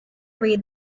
read